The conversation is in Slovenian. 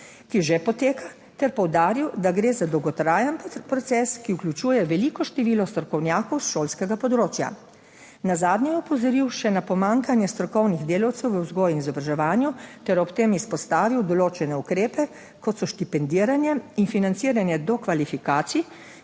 ki že poteka ter poudaril, da gre za dolgotrajen proces, ki vključuje veliko število strokovnjakov s šolskega področja. Nazadnje je opozoril še na pomanjkanje strokovnih delavcev v vzgoji in izobraževanju ter ob tem izpostavil določene ukrepe kot so **4. TRAK: (SC) – 10.15** (nadaljevanje)